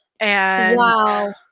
Wow